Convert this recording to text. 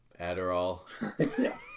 Adderall